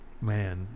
Man